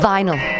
Vinyl